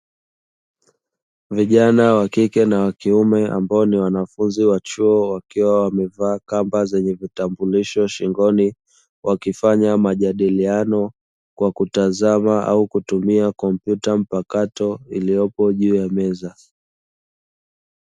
Vijana wa kike na wa kiume, ambao ni wanafunzi wa chuo, wakiwa wamevaa kamba zenye vitambulisho shingoni, wakifanya majadiliano kwa kutazama au kutumia kompyuta mpakato iliyopo juu ya meza.